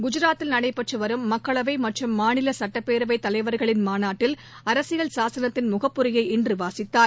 குஜராத்தில் நடைபெற்று மக்களவை மற்றும் மாநில சட்டப்பேரவை தலைவர்களின் மாநாட்டில் அரசியல் சாசனத்தில் முகப்புரையை இன்று வாசித்தார்